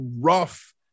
rough